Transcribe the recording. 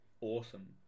awesome